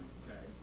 okay